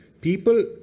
people